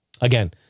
again